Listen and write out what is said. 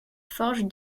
forge